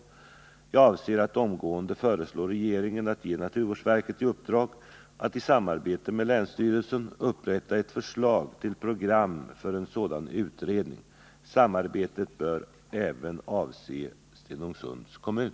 Jag avser att omgående föreslå regeringen att ge naturvårdsverket i uppdrag att i samarbete med länsstyrelsen upprätta ett förslag till program för en sådan utredning. Samarbetet bör även avse Stenungsunds kommun.